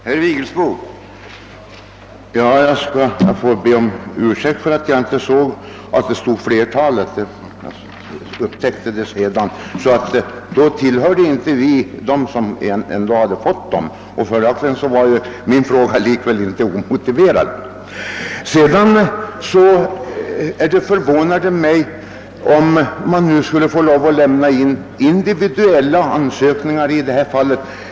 Herr talman! Jag ber om ursäkt för att jag inte såg att i svaret även stod ordet »flertalet». Men vi i mina trakter tillhör dem som inte hade fått anvisningarna och följaktligen var min fråga inte omotiverad. Sedan måste jag säga att det förvånar mig, om man måste lämna individuella ansökningar om anstånd.